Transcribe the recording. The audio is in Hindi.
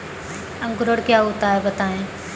अंकुरण क्या होता है बताएँ?